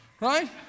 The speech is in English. Right